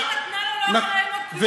בלי הבסיס הזה שהיא נתנה לו,